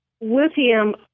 lithium